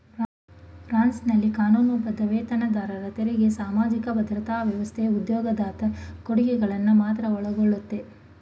ಫ್ರಾನ್ಸ್ನಲ್ಲಿ ಕಾನೂನುಬದ್ಧ ವೇತನದಾರರ ತೆರಿಗೆ ಸಾಮಾಜಿಕ ಭದ್ರತಾ ವ್ಯವಸ್ಥೆ ಉದ್ಯೋಗದಾತ ಕೊಡುಗೆಗಳನ್ನ ಮಾತ್ರ ಒಳಗೊಳ್ಳುತ್ತೆ